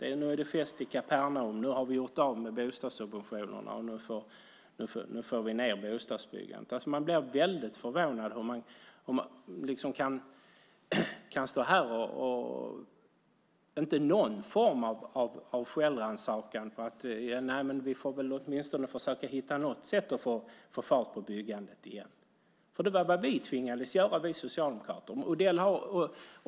Ännu är det fest i Kapernaum. Nu har vi gjort av med bostadssubventionerna, och nu får vi ned bostadsbyggandet. Det är förvånande hur man kan stå här utan någon form av självrannsakan att man åtminstone borde försöka hitta något sätt att få fart på byggandet igen. Det var vad vi socialdemokrater tvingades göra.